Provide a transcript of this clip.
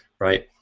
right?